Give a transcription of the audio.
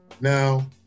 Now